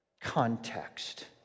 context